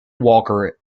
walker